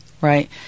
right